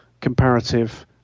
comparative